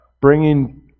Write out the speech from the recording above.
bringing